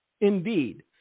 indeed